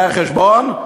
זה החשבון?